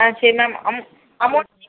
ஆ சரி ma'am amount